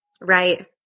Right